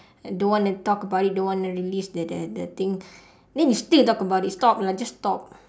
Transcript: don't wanna talk about it don't wanna release the the the thing then you still talk about it stop lah just stop